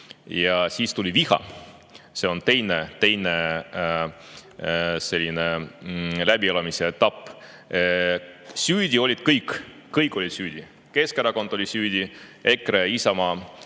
ja siis tekkis viha. See on teine, läbielamise etapp. Süüdi olid kõik. Kõik olid süüdi: Keskerakond oli süüdi, EKRE, Isamaa,